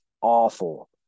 awful